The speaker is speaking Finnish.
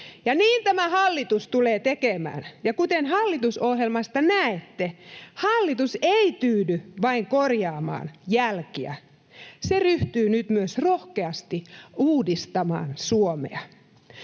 ja niin tämä hallitus tulee tekemään. Ja kuten hallitusohjelmasta näette, hallitus ei tyydy vain korjaamaan jälkiä, se ryhtyy nyt myös rohkeasti uudistamaan Suomea.